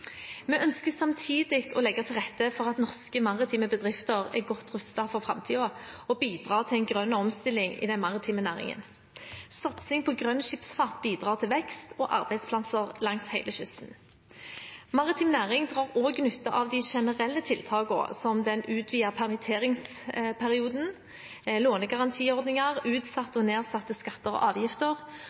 Vi ønsker samtidig å legge til rette for at norske maritime bedrifter er godt rustet for framtiden, og bidra til en grønn omstilling i den maritime næringen. Satsing på grønn skipsfart bidrar til vekst og arbeidsplasser langs hele kysten. Maritim næring drar også nytte av de generelle tiltakene, som den utvidede permitteringsperioden, lånegarantiordninger og utsatte og nedsatte skatter og avgifter.